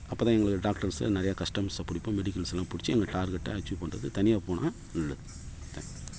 அப்போ தான் எங்களுக்கு டாக்டர்ஸு நிறைய கஸ்டம்ர்ஸை பிடிப்போம் மெடிக்கல்ஸுல்லாம் பிடிச்சி எங்கள் டார்கெட்டை அச்சீவ் பண்ணுறது தனியாக போனால் நல்லது தேங்க்யூ